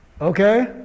Okay